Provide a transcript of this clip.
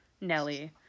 Nelly